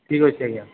ଠିକ୍ ଅଛି ଆଜ୍ଞା